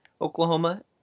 Oklahoma